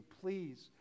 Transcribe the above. Please